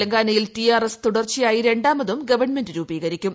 തെലങ്കാനയിൽ ടിആർഎസ് തുടർച്ചയായി രണ്ടാമതും ഗവൺമെന്റ് രൂപീകരിക്കും